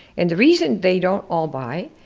and the reason they don't all buy,